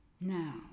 now